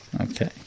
Okay